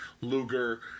Luger